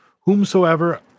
Whomsoever